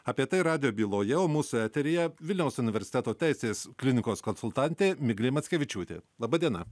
apie tai radijo byloje o mūsų eteryje vilniaus universiteto teisės klinikos konsultantė miglė mackevičiūtė laba diena